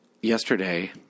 Yesterday